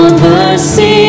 mercy